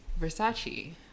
Versace